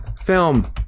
film